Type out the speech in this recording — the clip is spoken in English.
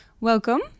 Welcome